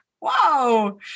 wow